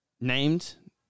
named